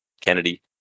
Kennedy